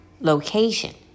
location